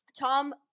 Tom